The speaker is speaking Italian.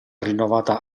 rinnovata